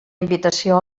invitació